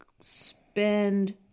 spend